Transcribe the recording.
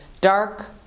dark